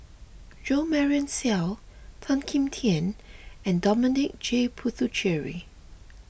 Jo Marion Seow Tan Kim Tian and Dominic J Puthucheary